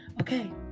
Okay